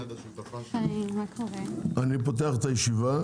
אני פותח את הישיבה.